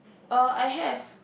uh I have